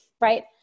right